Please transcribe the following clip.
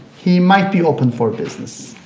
he might be open for business.